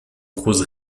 prose